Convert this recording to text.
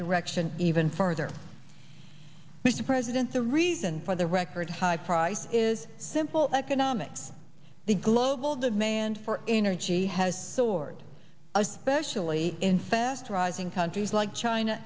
direction even further mr president the reason for the record high price is simple economics the global demand for energy has soared especially in fast rising countries like china